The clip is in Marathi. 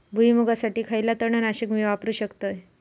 भुईमुगासाठी खयला तण नाशक मी वापरू शकतय?